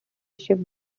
ship